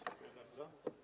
Dziękuję bardzo.